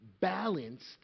balanced